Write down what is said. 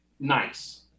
nice